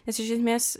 nes iš esmės